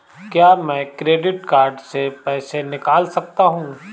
क्या मैं credit card से पैसे निकाल सकता हूँ?